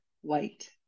white